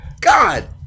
God